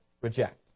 reject